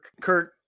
Kurt